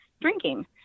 drinking